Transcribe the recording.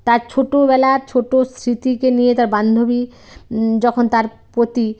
তার ছোটোবেলা ছোটো স্মৃতিকে নিয়ে তার বান্ধবী যখন তার প্রতি